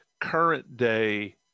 current-day